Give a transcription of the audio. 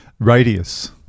Radius